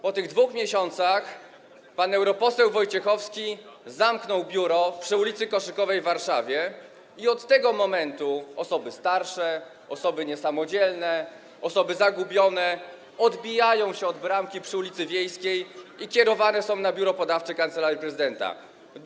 Po tych 2 miesiącach pan europoseł Wojciechowski zamknął biuro przy ul. Koszykowej w Warszawie i od tego momentu osoby starsze, osoby niesamodzielne, osoby zagubione odbijają się od bramki przy ul. Wiejskiej i kierowane są do Biura Podawczego Kancelarii Prezydenta RP.